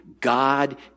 God